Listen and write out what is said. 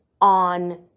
on